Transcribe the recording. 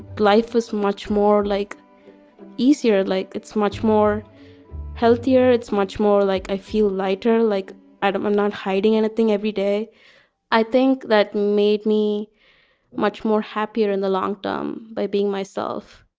life was much more like easier. like it's much more healthier. it's much more like i feel lighter. like i don't want not hiding anything every day i think that made me much more happier in the long term by being myself